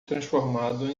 transformado